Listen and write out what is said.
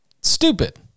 stupid